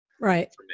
Right